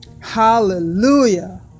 Hallelujah